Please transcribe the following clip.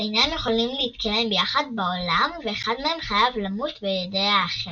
אינם יכולים להתקיים יחד בעולם ואחד מהם חייב למות בידי האחר.